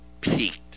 peaked